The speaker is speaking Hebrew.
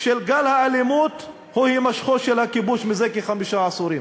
של גל האלימות הוא הימשכו של הכיבוש זה כחמישה עשורים.